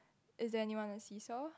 is anyone on the seesaw